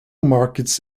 markets